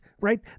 right